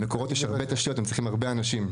ל-׳מקורות׳ יש הרבה תשתיות, הם צריכים הרבה אנשים.